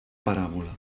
paràbola